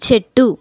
చెట్టు